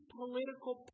political